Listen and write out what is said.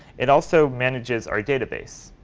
it also manages our database.